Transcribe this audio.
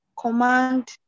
command